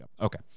Okay